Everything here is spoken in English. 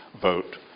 vote